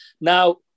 Now